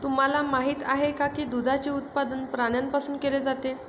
तुम्हाला माहित आहे का की दुधाचे उत्पादन प्राण्यांपासून केले जाते?